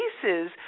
cases